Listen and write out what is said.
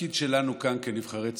התפקיד שלנו כאן, כנבחרי ציבור,